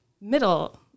middle